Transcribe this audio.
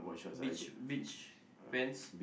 beach beach pants